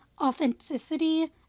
authenticity